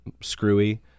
screwy